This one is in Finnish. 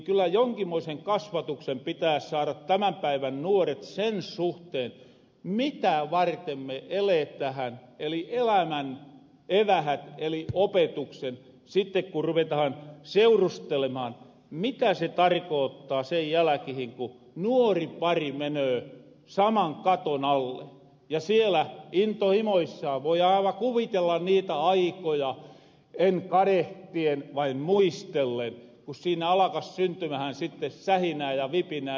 kyllä jonkinmoisen kasvatuksen pitääs saara tämän päivän nuoret sen suhteen mitä varten me eletähän eli elämän evähät eli opetuksen sitten kun ruvetahan seurustelemaan mitä se tarkoottaa sen jälkihin ku nuori pari menöö saman katon alle ja siellä intohimoissaan voi aivan kuvitella niitä aikoja en kadehtien vaan muistellen kun siinä alkas syntymähän sitten sähinää ja vipinää